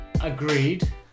Agreed